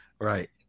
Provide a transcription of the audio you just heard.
Right